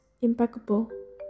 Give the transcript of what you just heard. impeccable